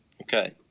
Okay